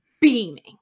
beaming